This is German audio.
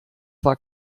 war